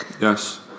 Yes